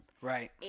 Right